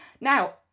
Now